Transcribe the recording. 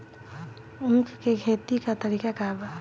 उख के खेती का तरीका का बा?